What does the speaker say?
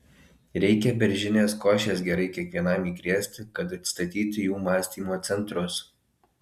reikia beržinės košės gerai kiekvienam įkrėsti kad atstatyti jų mąstymo centrus